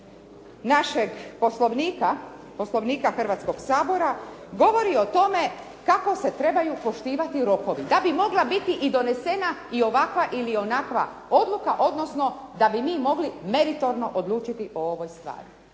Poslovnika Hrvatskoga sabora govori o tome kako se trebaju poštivati rokovi da bi mogla biti i donesena i ovakva ili onakva odluka, odnosno da bi mi mogli meritorno odlučiti o ovoj stvari.